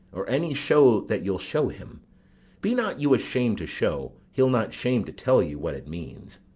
or any show that you'll show him be not you ashamed to show, he'll not shame to tell you what it means.